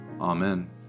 Amen